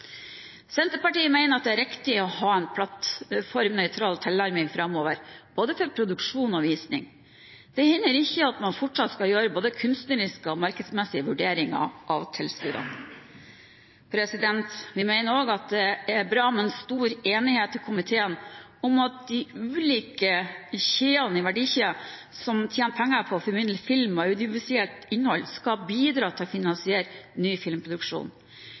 Senterpartiet mener det er riktig å ha en plattformnøytral tilnærming framover, både for produksjon og visning. Det hindrer ikke at man fortsatt skal gjøre både kunstneriske og markedsmessige vurderinger av tilskuddene. Vi mener også det er bra med en stor enighet i komiteen om at de ulike leddene i verdikjeden som tjener penger på å formidle film og audiovisuelt innhold, skal bidra til å finansiere ny filmproduksjon.